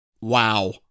Wow